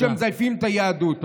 שמזייפים את היהדות.